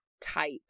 type